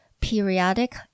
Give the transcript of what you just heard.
periodic